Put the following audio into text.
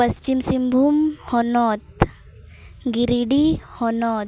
ᱯᱟᱥᱪᱤᱢ ᱥᱤᱝᱵᱷᱩᱢ ᱦᱚᱱᱚᱛ ᱜᱤᱨᱤᱰᱤ ᱦᱚᱱᱚᱛ